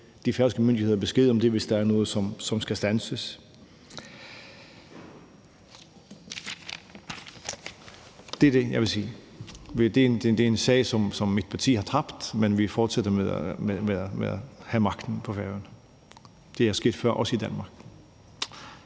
de færøske myndigheder besked om det, hvis der er noget, som skal standses. Det er det, jeg vil sige. Det er en sag, som mit parti har tabt, men vi fortsætter med at have magten på Færøerne. Det er sket før, også i Danmark.